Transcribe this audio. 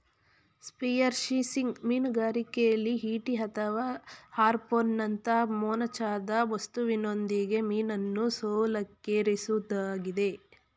spearfishing ಮೀನುಗಾರಿಕೆಲಿ ಈಟಿ ಅಥವಾ ಹಾರ್ಪೂನ್ನಂತ ಮೊನಚಾದ ವಸ್ತುವಿನೊಂದಿಗೆ ಮೀನನ್ನು ಶೂಲಕ್ಕೇರಿಸೊದಾಗಿದೆ